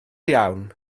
iawn